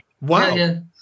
Wow